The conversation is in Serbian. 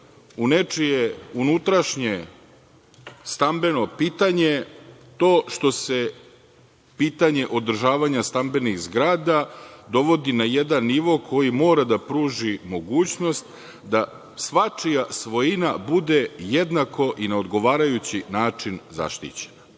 u nečije unutrašnje stambeno pitanje to što se pitanje održavanja stambenih zgrada dovodi na jedna nivo koji mora da pruži mogućnost da svačija svojina bude jednako i na odgovarajući način zaštićena. Mislim